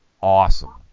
awesome